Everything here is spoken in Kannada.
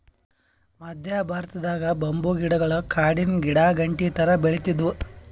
ಮದ್ಯ ಭಾರತದಾಗ್ ಬಂಬೂ ಗಿಡಗೊಳ್ ಕಾಡಿನ್ ಗಿಡಾಗಂಟಿ ಥರಾ ಬೆಳಿತ್ತಿದ್ವು